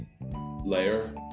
layer